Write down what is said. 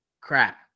crap